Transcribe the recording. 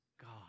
God